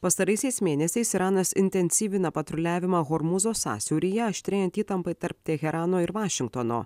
pastaraisiais mėnesiais iranas intensyvina patruliavimą hormūzo sąsiauryje aštrėjant įtampai tarp teherano ir vašingtono